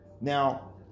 Now